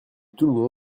tout